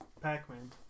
Pac-Man